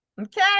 okay